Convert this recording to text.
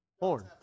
Horn